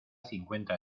cincuenta